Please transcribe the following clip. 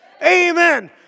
Amen